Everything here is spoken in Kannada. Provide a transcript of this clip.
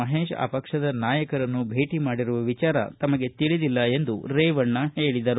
ಮಹೇಶ್ ಆ ಪಕ್ಷದ ನಾಯಕರನ್ನು ಭೇಟಿ ಮಾಡಿರುವ ವಿಚಾರ ತಮಗೆ ತಿಳಿದಿಲ್ಲ ಎಂದು ರೇವಣ್ಣ ಹೇಳಿದರು